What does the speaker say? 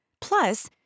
Plus